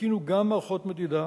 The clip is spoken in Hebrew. התקינו גם מערכות מדידה